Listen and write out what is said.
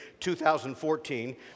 2014